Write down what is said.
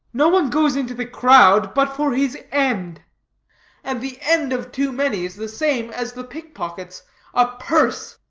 no one goes into the crowd but for his end and the end of too many is the same as the pick-pocket's a purse.